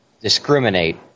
discriminate